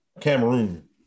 Cameroon